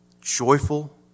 joyful